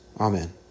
Amen